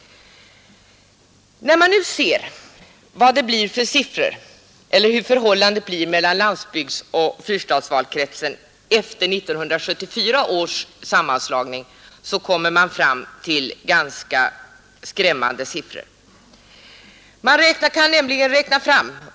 När man nu ser hurdant förhållandet blir mellan landsbygdsoch fyrstadsvalkretsen efter 1974 års sammanslagning, kommer man fram till ganska skrämmande siffror.